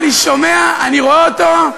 חבר הכנסת ג'מאל זחאלקה, אינו נוכח.